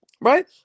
right